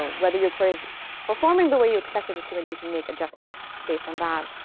ah whether your query's performing the way you expected it to. and you can make adjustments based on that.